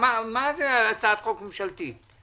מה זה הצעת חוק ממשלתית?